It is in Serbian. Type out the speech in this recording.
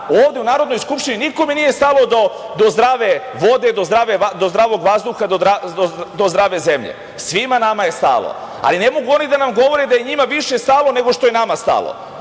ovde u Narodnoj skupštini nikome nije stalo do zdrave vode, do zdravog vazduha, do zdrave zemlje. Svima nama je stalo, ali ne mogu oni da nam govore da je njima više stalno nego što je nama stalo. Ono